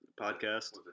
podcast